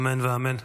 אמן ואמן.